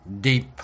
deep